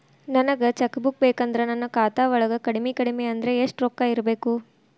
ನನಗ cheque book ಬೇಕಂದ್ರ ನನ್ನ ಖಾತಾ ವಳಗ ಕಡಮಿ ಕಡಮಿ ಅಂದ್ರ ಯೆಷ್ಟ್ ರೊಕ್ಕ ಇರ್ಬೆಕು?